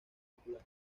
popular